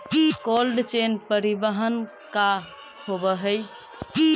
Cold chain परिवहन का होव हइ?